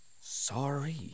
Sorry